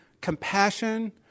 compassion